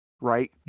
right